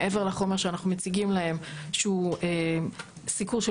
מעבר לחומר שאנחנו מציגים להם שהוא סיקור של